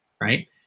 right